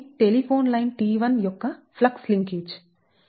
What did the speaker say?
ఇది telephone line T1 యొక్క flux linkage